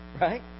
right